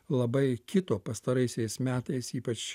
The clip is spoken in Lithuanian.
labai kito pastaraisiais metais ypač